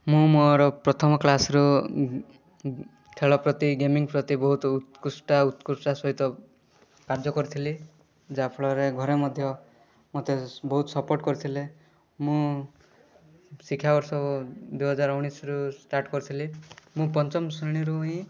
ମୁଁ ମୋର ପ୍ରଥମ କ୍ଲାସ୍ର ଖେଳପ୍ରତି ଗେମିଙ୍ଗ ପ୍ରତି ବହୁତ ଉତ୍କୃଷ୍ଟ ଉତ୍କୃଷ୍ଟ ସହିତ କାର୍ଯ୍ୟ କରିଥିଲି ଯାହାଫଳରେ ଘରେ ମଧ୍ୟ ମୋତେ ବହୁତ ସପୋର୍ଟ କରିଥିଲେ ମୁଁ ଶିକ୍ଷାବର୍ଷ ଦୁଇହଜାର ଉଣେଇଶିରୁ ଷ୍ଟାର୍ଟ କରିଥିଲି ମୁଁ ପଞ୍ଚମଶ୍ରେଣୀରୁ ହିଁ